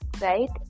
Right